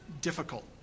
difficult